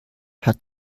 hat